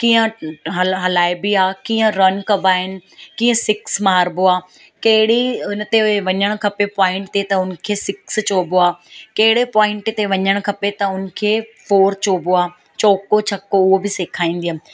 कीअं हल हलाइॿी आ कीअं रन करिणो आहिनि कीअं सिक्स मारिबो आहे कहिड़ी हुन ते वञणु खपे पॉइंट ते त उनखे सिक्स चइॿो आहे कहिड़े पॉइंट ते वञणु खपे त उनखे फोर चइबो आहे चौको छको उहो बि सेखारींदी हुयमि